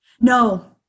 No